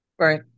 right